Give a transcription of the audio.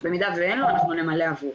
ובמידה ואין לו אנחנו נמלא עבורו.